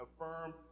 affirm